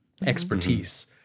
expertise